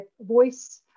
voice